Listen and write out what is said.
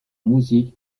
musik